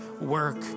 work